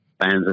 fans